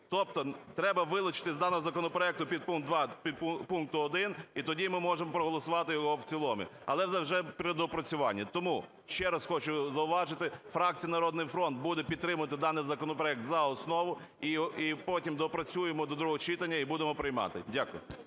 Тобто треба вилучити з даного законопроекту підпункт 2 пункту 1, і тоді ми можемо проголосувати його в цілому, але це вже при доопрацюванні. Тому ще раз хочу зауважити, фракція "Народний фронт" буде підтримувати даний законопроект за основу, і потім доопрацюємо до другого читання і будемо приймати. Дякую.